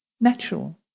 natural